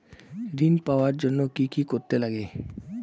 ঋণ পাওয়ার জন্য কি কি করতে লাগে?